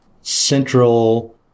central